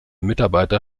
mitarbeiter